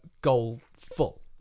goal-full